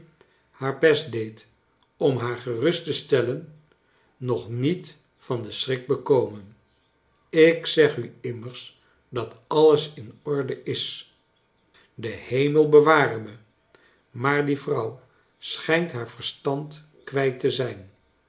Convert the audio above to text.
haar best deed om haar gerust te stellen nog niet van den schrik bekomen ik zeg u immers dat alles in orde is de hemel beware me maar die vrouw schijnt haar verstand kwijt te zijn